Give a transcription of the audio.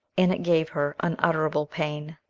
and it gave her unutterable pain.